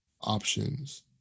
options